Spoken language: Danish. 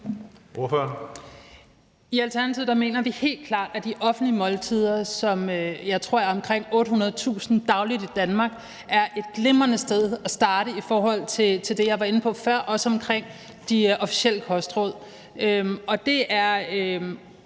I Alternativet mener vi helt klart, at de offentlige måltider, som jeg tror der er omkring 800.000 dagligt af i Danmark, er et glimrende sted at starte, i forhold til det, jeg var inde på før, også omkring de officielle kostråd.